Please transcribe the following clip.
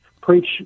preach